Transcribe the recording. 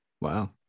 wow